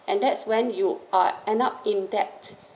and that's when you are end up in debt